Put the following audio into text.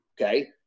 Okay